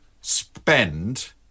spend